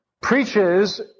preaches